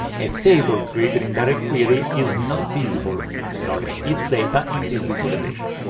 a table created in directquery is not visible regarding its data in this visualization.